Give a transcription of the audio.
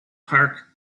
park